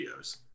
videos